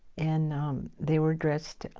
and they were dressed,